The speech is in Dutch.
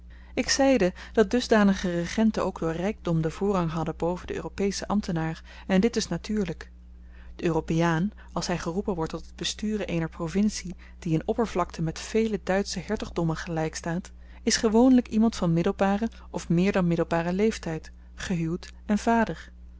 ik zeide dat dusdanige regenten ook door rykdom den voorrang hadden boven den europeschen ambtenaar en dit is natuurlyk de europeaan als hy geroepen wordt tot het besturen eener provincie die in oppervlakte met vele duitsche hertogdommen gelyk staat is gewoonlyk iemand van middelbaren of meer dan middelbaren leeftyd gehuwd en vader